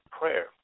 prayer